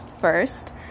first